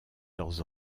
leurs